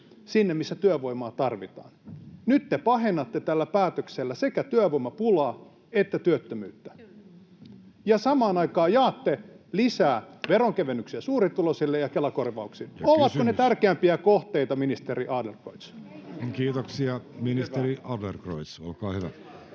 sinne, missä työvoimaa tarvitaan. Nyt te pahennatte tällä päätöksellä sekä työvoimapulaa että työttömyyttä ja samaan aikaan jaatte lisää veronkevennyksiä suurituloisille ja Kela-korvauksia. [Puhemies: Kysymys!] Ovatko ne tärkeämpiä kohteita, ministeri Adlercreutz? Kiitoksia. — Ministeri Adlercreutz, olkaa hyvä.